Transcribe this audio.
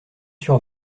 sur